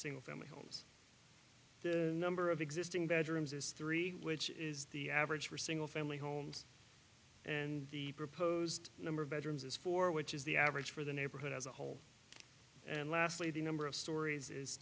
single family homes the number of existing data rooms is three which is the average for single family homes and the proposed number of bedrooms is four which is the average for the neighborhood as a whole and lastly the number of stories is